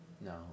No